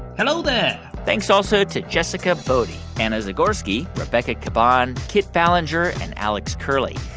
hello there thanks also to jessica boddy, anna zagorski, rebecca caban, kit ballenger and alex curley.